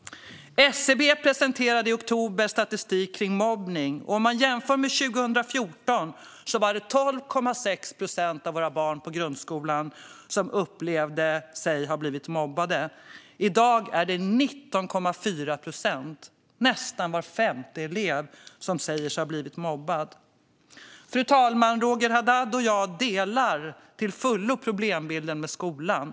SCB presenterade i oktober statistik om mobbning. År 2014 var det 12,6 procent av våra barn i grundskolan som upplevde sig ha blivit mobbade. I dag är det 19,4 procent - nästan var femte elev - som säger sig ha blivit mobbade. Fru talman! Roger Haddad och jag är fullständigt överens om problembilden när det gäller skolan.